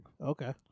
Okay